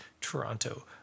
Toronto